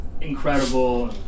incredible